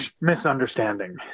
misunderstanding